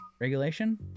Regulation